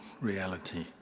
reality